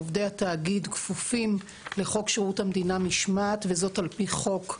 עובדי התאגיד כפופים לחוק שירות המדינה (משמעת) וזאת על פי חוק.